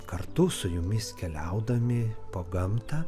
kartu su jumis keliaudami po gamtą